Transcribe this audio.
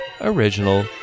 original